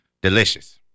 Delicious